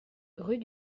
rue